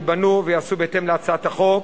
ייבנו וייעשו בהתאם להצעת החוק